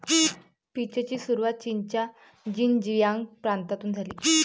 पीचची सुरुवात चीनच्या शिनजियांग प्रांतातून झाली